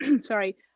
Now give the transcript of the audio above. sorry